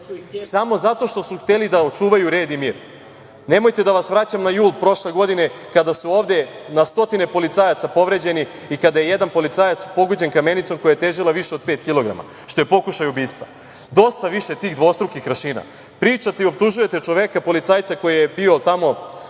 samo zato što su hteli da očuvaju red i mir. Nemojte da vas vraćam na jul prošle godine kada su ovde na stotine policajaca povređeni i kada je jedan policajac povređen kamenicom koja je težila više od pet kilograma, što je pokušaj ubistva. Dosta više tih dvostrukih aršina. Pričate i optužujete čoveka policajca koji je bio tamo